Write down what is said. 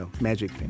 magic